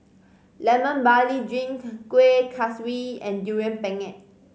Lemon Barley Drink Kuih Kaswi and Durian Pengat